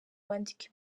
bandike